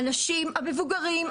האנשים המבוגרים,